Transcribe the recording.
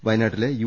വയ നാട്ടിലെ യു